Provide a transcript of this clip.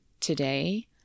today